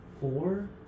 Four